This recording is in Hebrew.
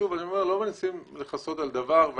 שוב אני אומר, לא מנסים לכסות על דבר.